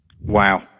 Wow